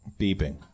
Beeping